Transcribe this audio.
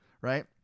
right